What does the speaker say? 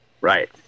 Right